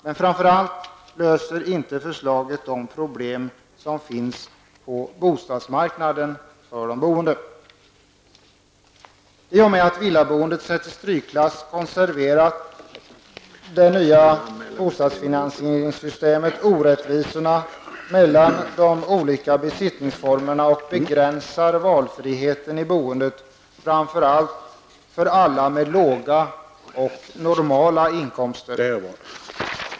Men framför allt innebär inte förslagen någon lösning på de problem som finns på bostadsmarknaden för de boende. I och med att villaboendet sätts i strykklass konserverar det nya bostadsfinansieringssystemet orättvisorna i fråga om de olika besittningsformerna och begränsar valfriheten i boendet, framför allt för alla som har låga och normala inkomster.